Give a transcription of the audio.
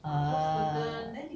ah